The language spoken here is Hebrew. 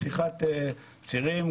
פתיחת צירים,